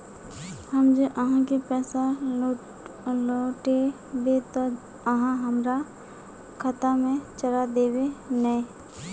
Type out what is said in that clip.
हम जे आहाँ के पैसा लौटैबे ते आहाँ हमरा खाता में चढ़ा देबे नय?